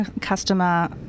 customer